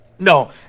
No